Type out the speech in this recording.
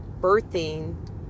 birthing